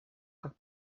как